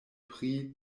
pri